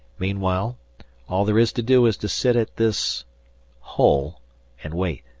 meanwhile all there is to do is to sit at this hole and wait.